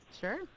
Sure